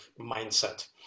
mindset